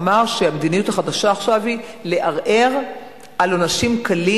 אמר שהמדיניות החדשה היא לערער על עונשים קלים